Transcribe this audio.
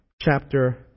chapter